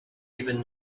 even